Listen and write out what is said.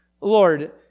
Lord